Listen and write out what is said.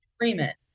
agreement